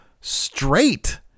straight